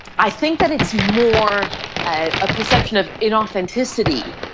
i think that it's more a ah perception of inauthenticity